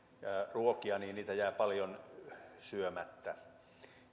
ruokia niin niitä jää paljon syömättä